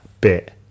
bit